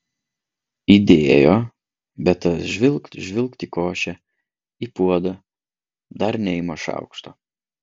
įdėjo bet tas žvilgt žvilgt į košę į puodą dar neima šaukšto